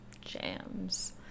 jams